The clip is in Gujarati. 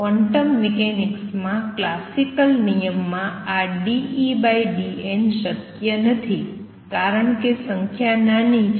ક્વોન્ટમ મિકેનિક્સમાં ક્લાસિકલ નિયમ માં આ dEdn શક્ય નથી કારણ કે સંખ્યા નાની છે